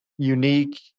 unique